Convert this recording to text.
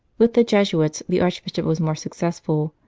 with the jesuits the archbishop was more successful,